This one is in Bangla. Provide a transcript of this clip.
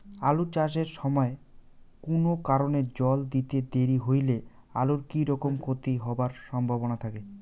আলু চাষ এর সময় কুনো কারণে জল দিতে দেরি হইলে আলুর কি রকম ক্ষতি হবার সম্ভবনা থাকে?